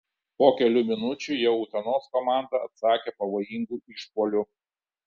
po kelių minučių jau utenos komanda atsakė pavojingu išpuoliu